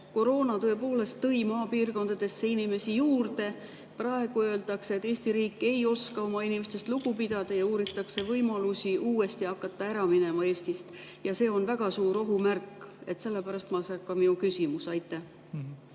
koroona tõepoolest tõi maapiirkondadesse inimesi juurde. Praegu öeldakse, et Eesti riik ei oska oma inimestest lugu pidada, ja uuritakse võimalusi uuesti hakata Eestist ära minema. See on väga suur ohumärk, sellepärast ka minu küsimus. Aitäh!